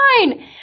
fine